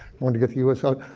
wanted to get the us out,